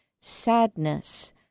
sadness